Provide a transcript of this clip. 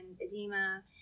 edema